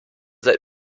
seit